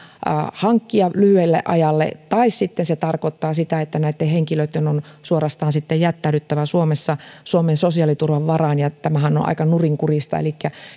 hankkia lyhyelle ajalle tai sitten se tarkoittaa sitä että näitten henkilöitten on suorastaan jättäydyttävä suomessa suomen sosiaaliturvan varaan ja tämähän on aika nurinkurista elikkä